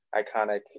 iconic